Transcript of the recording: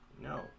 No